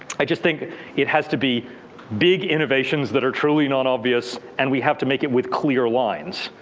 i just think it has to be big innovations that are truly non-obvious. and we have to make it with clear lines.